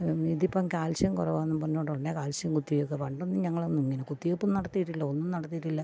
ഇതിപ്പം കാൽസ്യം കുറവാണെന്ന് പറഞ്ഞുകൊണ്ട് ഉടനെ കാൽസ്യം കുത്തി വെക്കുക പണ്ടൊന്നും ഞങ്ങൾ ഒന്നും ഇങ്ങനെ കുത്തിവെപ്പും നടത്തിയിട്ടില്ല ഒന്നും നടത്തിയിട്ടില്ല